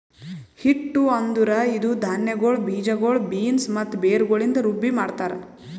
ಹಿಟ್ಟು ಅಂದುರ್ ಇದು ಧಾನ್ಯಗೊಳ್, ಬೀಜಗೊಳ್, ಬೀನ್ಸ್ ಮತ್ತ ಬೇರುಗೊಳಿಂದ್ ರುಬ್ಬಿ ಮಾಡ್ತಾರ್